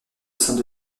saint